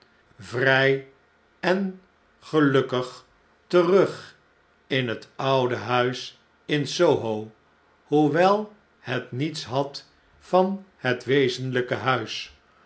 vrjj en gelukkig terug in het oude huis in s oho hoewel het niets had van het wezenlijke huis